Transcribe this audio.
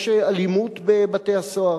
יש אלימות בבתי-הסוהר,